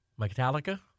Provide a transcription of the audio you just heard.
Metallica